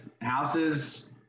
houses